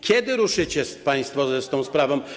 Kiedy ruszycie państwo z tą sprawą?